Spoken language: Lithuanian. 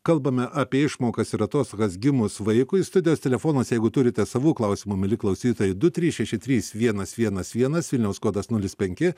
kalbame apie išmokas ir atostogas gimus vaikui studijos telefonas jeigu turite savų klausimų mieli klausytojai du trys šeši trys vienas vienas vienas vilniaus kodas nulis penki